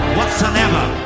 Whatsoever